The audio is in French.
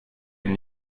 une